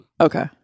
Okay